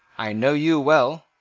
i know you well.